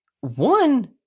One